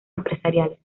empresariales